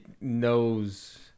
knows